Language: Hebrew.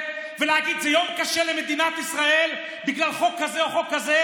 ולהגיד שזה יום קשה למדינת ישראל בגלל חוק כזה או חוק כזה